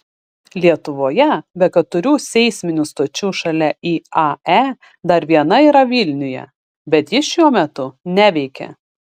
lietuvoje be keturių seisminių stočių šalia iae dar viena yra vilniuje bet ji šiuo metu neveikia